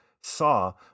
saw